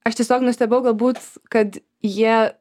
aš tiesiog nustebau galbūt kad jie